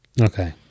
Okay